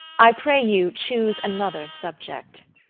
i pray you choose another subject.